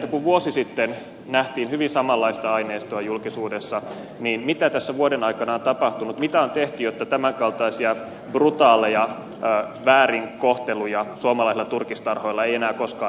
kun vuosi sitten nähtiin hyvin samanlaista aineistoa julkisuudessa niin mitä tässä vuoden aikana on tapahtunut mitä on tehty jotta tämän kaltaisia brutaaleja väärinkohteluja suomalaisilla turkistarhoilla ei enää koskaan nähtäisi